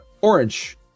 Orange